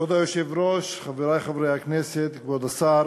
כבוד היושב-ראש, חברי חברי הכנסת, כבוד השר,